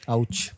Ouch